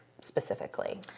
specifically